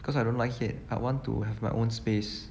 cause I don't like it I want to have my own space